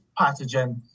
pathogen